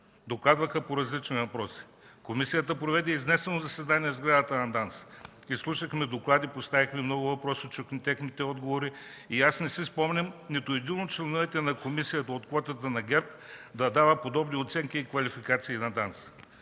докладваха по различни въпроси. Комисията проведе изнесено заседание в сградата на ДАНС. Изслушахме доклади, поставихме много въпроси, чухме техните отговори. Не си спомням нито един от членовете на комисията от квотата на ГЕРБ да дава подобни оценки и квалификации на ДАНС.